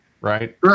right